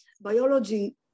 Biology